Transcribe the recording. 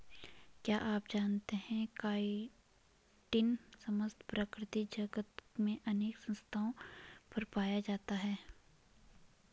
क्या आप जानते है काइटिन समस्त प्रकृति जगत में अनेक स्थानों पर पाया जाता है?